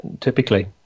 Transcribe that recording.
typically